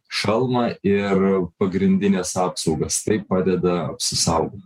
šalmą ir pagrindines apsaugas tai padeda apsisaugot